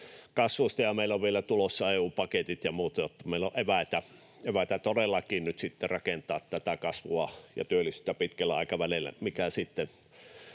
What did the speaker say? kasvusta, ja meillä on vielä tulossa EU-paketit ja muut, että meillä on eväitä todellakin nyt sitten rakentaa tätä kasvua ja työllisyyttä pitkällä aikavälillä, mikä sitten